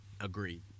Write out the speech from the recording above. Agreed